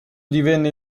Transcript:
divenne